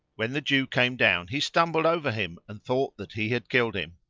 when the jew came down he stumbled over him and thought that he had killed him.